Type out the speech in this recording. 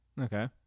Okay